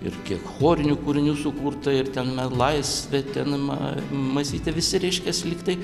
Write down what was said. ir kiek chorinių kūrinių sukurta ir ten me laisvė ten ma masytė visi reiškias lyg tai